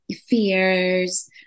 fears